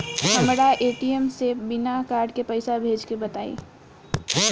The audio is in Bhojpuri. हमरा ए.टी.एम से बिना कार्ड के पईसा भेजे के बताई?